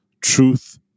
Truth